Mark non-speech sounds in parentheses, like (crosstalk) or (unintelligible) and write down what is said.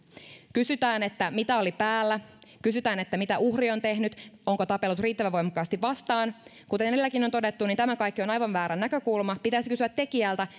kysytään mitä oli päällä kysytään mitä uhri on tehnyt onko tapellut riittävän voimakkaasti vastaan kuten edelläkin on todettu niin tämä kaikki on aivan väärä näkökulma pitäisi kysyä tekijältä (unintelligible)